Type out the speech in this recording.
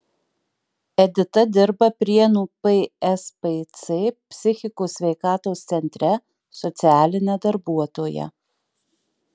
edita dirba prienų pspc psichikos sveikatos centre socialine darbuotoja